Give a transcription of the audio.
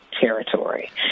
territory